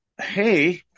Hey